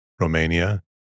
Romania